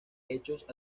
hechos